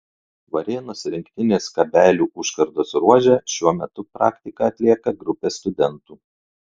varėnos rinktinės kabelių užkardos ruože šiuo metu praktiką atlieka grupė studentų